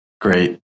Great